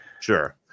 Sure